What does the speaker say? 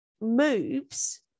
Moves